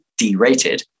derated